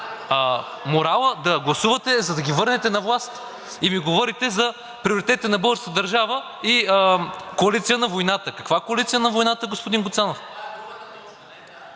морала да гласувате, за да ги върнете на власт? И ми говорите за приоритетите на българската държава и коалиция на войната. Каква коалиция на войната, господин Гуцанов?!